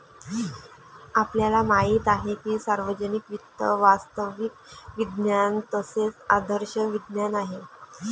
आपल्याला माहित आहे की सार्वजनिक वित्त वास्तविक विज्ञान तसेच आदर्श विज्ञान आहे